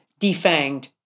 defanged